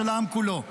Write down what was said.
של העם כולו,